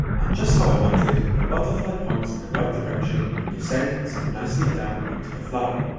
and just how i wanted, the butterfly points in the right direction and descends nicely down onto the flower.